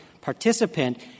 participant